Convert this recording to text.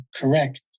correct